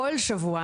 בכל שבוע,